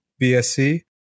BSC